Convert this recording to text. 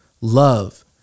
love